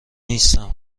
نیستم